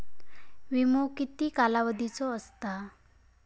विमो किती कालावधीचो असता?